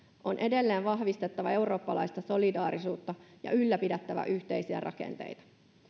on edelleen vahvistettava eurooppalaista solidaarisuutta ja ylläpidettävä yhteisiä rakenteita